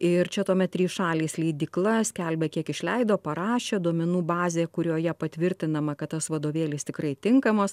ir čia tuomet trys šalys leidykla skelbia kiek išleido parašė duomenų bazė kurioje patvirtinama kad tas vadovėlis tikrai tinkamas